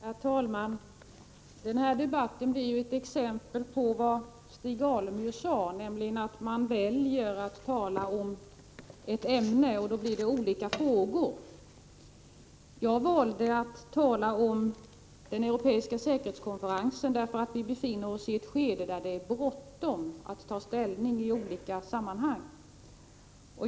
Herr talman! Denna debatt blir ett exempel på vad Stig Alemyr sade, nämligen att var och en väljer att tala om ett visst ämne, och det kommer då upp olika frågor. Jag valde att tala om den europeiska säkerhetskonferensen därför att vi befinner oss i ett skede där det är bråttom med att ta ställning i olika sammanhang.